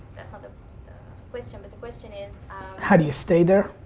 that's not the question. but the question is how do you stay there?